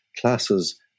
classes